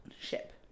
ship